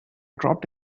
dropped